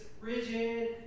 rigid